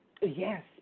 Yes